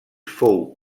fou